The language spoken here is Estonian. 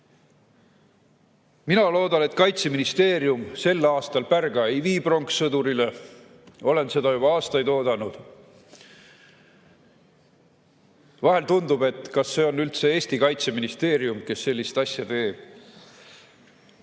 Mina loodan, et Kaitseministeerium sel aastal pärga ei vii pronkssõdurile. Olen seda juba aastaid oodanud. Vahel tundub, et kas see on üldse Eesti Kaitseministeerium, kes sellist asja teeb.